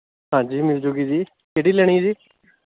ਹਾਂਜੀ ਮਿਲ ਜਾਵੇਗੀ ਜੀ ਕਿਹੜੀ ਲੈਣੀ ਹੈ ਜੀ